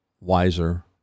wiser